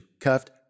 cuffed